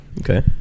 okay